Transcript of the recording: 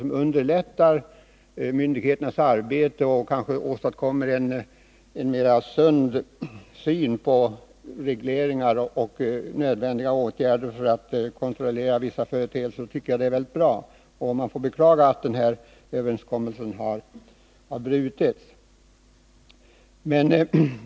Det underlättar myndigheternas arbete och åstadkommer kanske en mera sund syn på regleringar och nödvändiga åtgärder för att kontrollera vissa företeelser, och det tycker jag är väldigt bra. Man får därför beklaga att den här överenskommelsen har brutits.